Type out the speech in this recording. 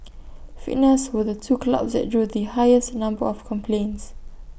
fitness were the two clouds that drew the highest number of complaints